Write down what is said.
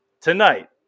tonight